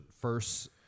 first